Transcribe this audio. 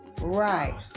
Right